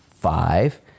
five